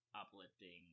Uplifting